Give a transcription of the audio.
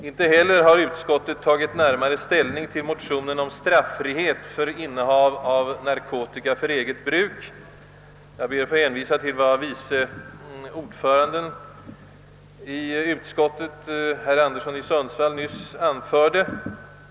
Inte heller har utskottet tagit närmare ställning till motionen om straffrihet för innehav av narkotika för eget bruk. Jag ber att i dessa avseenden få hänvisa till vad vice ordföranden i utskottet, herr Anderson i Sundsvall, nyss anförde.